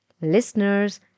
Listeners